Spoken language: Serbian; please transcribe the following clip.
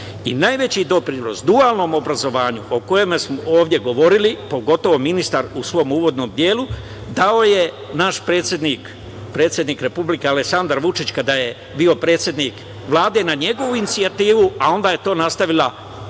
nivo. Najveći doprinos dualnom obrazovanju o kojem smo ovde govorili, pogotovo ministar u svom uvodnom delu, dao je naš predsednik Republike, Aleksandar Vučić, kada je bio predsednik Vlade, na njegovu inicijativu, a onda je to nastavila gospođa,